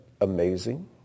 amazing